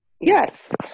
Yes